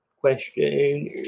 question